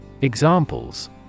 Examples